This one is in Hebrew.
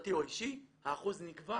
קבוצתי או אישי, האחוז נקבע